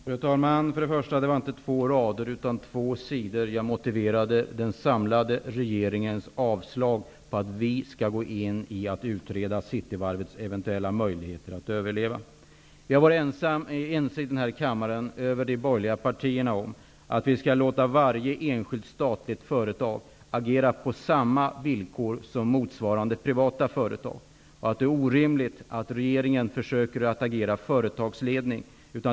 Fru talman! Först vill jag säga att det inte var på två rader utan på två sidor som jag motiverade den samlade regeringens avslag på att regeringen skall gå in och utreda Cityvarvets eventuella möjligheter att överleva. De borgerliga partierna i denna kammare har varit ense om att vi skall låta varje enskilt statligt företag agera på samma villkor som motsvarande privata företag och att det är orimligt att regeringen försöker att agera företagsledning.